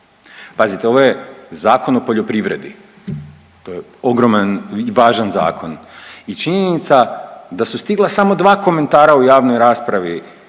Pazite, ovo je Zakon o poljoprivredi. To je ogroman i važan zakon i činjenica da su stigla samo dva komentara u javnoj raspravi